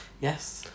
Yes